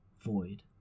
Void